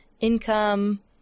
income